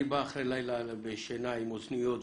אני בא אחרי לילה בלי שינה ועם אוזניות בממ"ד,